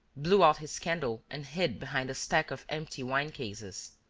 blew out his candle and hid behind a stack of empty wine-cases.